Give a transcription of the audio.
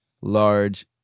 large